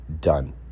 done